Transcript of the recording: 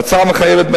ההצעה מחייבת,